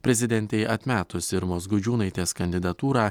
prezidentei atmetus irmos gudžiūnaitės kandidatūrą